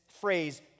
phrase